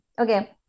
Okay